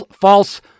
false